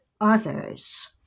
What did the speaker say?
others